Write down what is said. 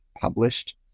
published